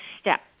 step